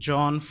John